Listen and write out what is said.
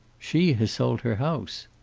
she has sold her house.